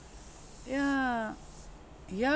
yeah ya